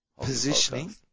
Positioning